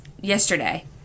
yesterday